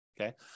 okay